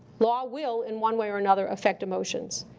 law will, in one way or another, affect emotions.